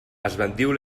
esbandiu